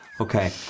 Okay